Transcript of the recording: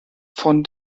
von